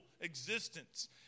existence